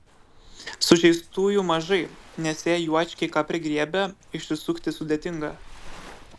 sužeistųjų mažai nes jei juočkiai ką prigriebia išsisukti sudėtinga